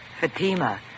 Fatima